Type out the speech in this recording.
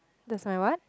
there's my what